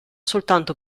soltanto